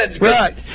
Right